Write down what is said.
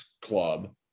club